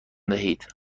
دهید